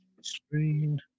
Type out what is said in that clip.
screen